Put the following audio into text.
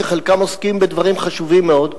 שחלקם עוסקים בדברים חשובים מאוד,